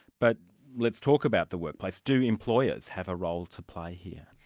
but let's talk about the workplace. do employers have a role to play here?